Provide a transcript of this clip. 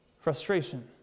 frustration